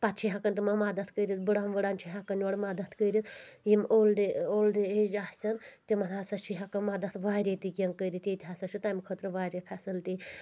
پتہٕ چھِ ہٮ۪کان تِمن مدد کٔرتھ بٕڑن وٕڑن چھِ ہٮ۪کان یورٕ مدد کٔرتھ یِم اولڈ اولڈ ایج آسن تِمن ہسا چھِ ہٮ۪کان مدد واریاہ تہِ کینٛہہ کٔرتھ ییٚتہِ ہسا چھُ تمہِ خٲطرٕ واریاہ فیسلٹی